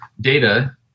data –